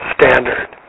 Standard